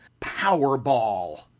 powerball